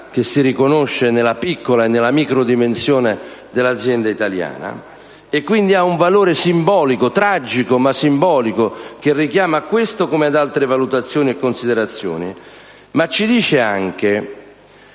che si riconosce nella piccola e nella microdimensione della azienda italiana. Ha quindi un valore tragico ma simbolico, che richiama a questa come ad altre valutazioni e considerazioni. Tale vicenda